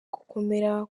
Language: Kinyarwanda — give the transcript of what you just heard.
gukomera